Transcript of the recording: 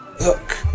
look